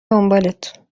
دنبالت